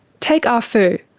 take ah fu,